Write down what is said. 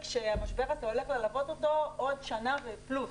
שהמשבר הזה הולך ללוות אותו עוד שנה פלוס.